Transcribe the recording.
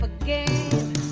again